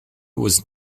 was